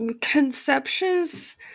conceptions